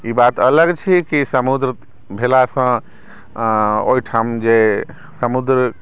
ई बात अलग छै कि समुद्र भेलासँ ओहिठाम जे समुद्र